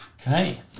Okay